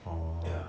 orh